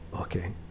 okay